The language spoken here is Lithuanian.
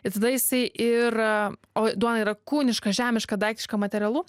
ir tada jisai ir o duona yra kūniška žemiška daiktiška materialu